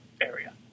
area